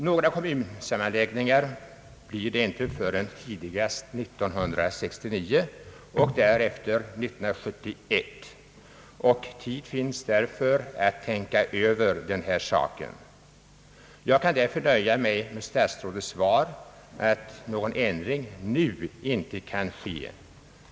Några kommunsammanläggningar blir det inte förrän tidigast 1969 och därefter 1971, och tid finns därför att tänka över denna fråga. Jag vill alltså nöja mig med statsrådets svar att någon ändring nu inte kan ske.